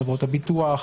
חברות הביטוח,